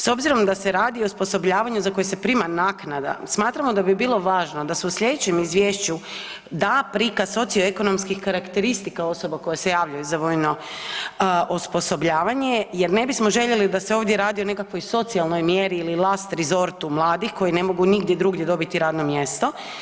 S obzirom da se radi o osposobljavanju za koje se prima naknada smatramo da bi bilo važno da se u slijedećem izvješću da prikaz socio ekonomskih karakteristika osoba koje se javljaju za vojno osposobljavanje jer ne bismo željeli da se ovdje radi o nekakvoj socijalnoj mjeri ili last rizortu mladih koji ne mogu nigdje drugdje dobiti radno mjesto.